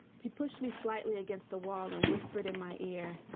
he pushed me slightly against the wall and whispered in my ear,